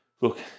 look